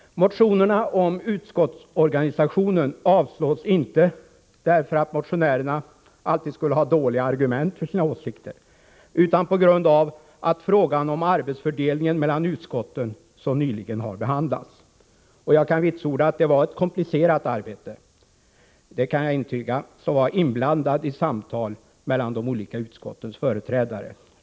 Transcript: Motionerna om utskottsorganisationen avstyrks inte därför att motionärerna alltid skulle ha dåliga argument för sina åsikter, utan på grund av att frågan om arbetsfördelningen mellan utskotten så nyligen har behandlats. Jag kan vitsorda att det var ett komplicerat arbete. Jag var inblandad i samtal mellan de olika utskottens företrädare.